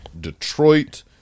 Detroit